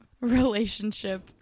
relationship